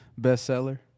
bestseller